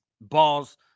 balls